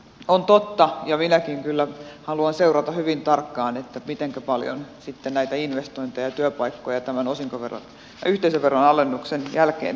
on totta ja minäkin kyllä haluan seurata hyvin tarkkaan mitenkä paljon sitten näitä investointeja ja työpaikkoja tämän yhteisöveron alennuksen jälkeen tulee